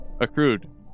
accrued